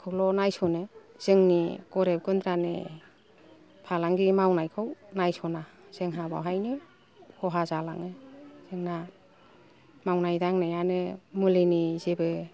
खौल' नायस'नो जोंनि गरिब गुन्द्रानि फालांगि मावनायखौ नायस'ना जोंहा बाहायनो खहा जालाङो जोंना मावनाय दांनायानो मुलिनि जेबो